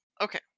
okay